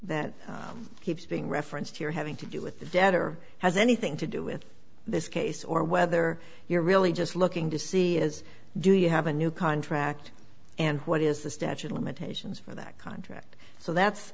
he's being referenced here having to do with the debt or has anything to do with this case or whether you're really just looking to see is do you have a new contract and what is the statute of limitations for that contract so that's